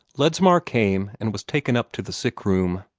ledsmar came, and was taken up to the sick-room.